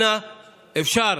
אנא, אפשר,